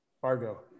Fargo